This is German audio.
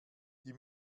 die